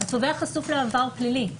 התובע חשוף לעבר פלילי.